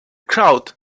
crowd